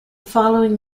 following